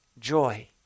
joy